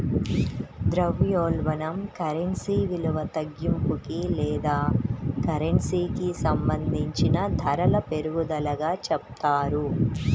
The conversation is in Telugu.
ద్రవ్యోల్బణం కరెన్సీ విలువ తగ్గింపుకి లేదా కరెన్సీకి సంబంధించిన ధరల పెరుగుదలగా చెప్తారు